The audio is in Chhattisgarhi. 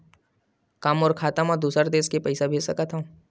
का मोर खाता म दूसरा देश ले पईसा भेज सकथव?